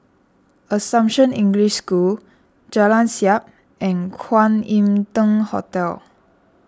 Assumption English School Jalan Siap and Kwan Im Tng Temple